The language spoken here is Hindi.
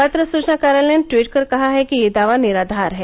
पत्र सुचना कार्यालय ने ट्वीट कर कहा है कि यह दावा निराधार है